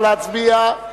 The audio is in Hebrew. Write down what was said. נא להצביע.